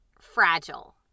fragile